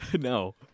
No